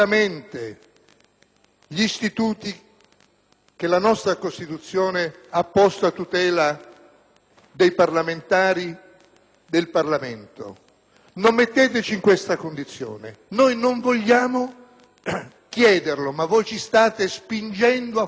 gli istituti che la nostra Costituzione ha posto a tutela dei parlamentari e del Parlamento; non metteteci in questa condizione. Non vogliamo chiederlo, ma ci state spingendo a farlo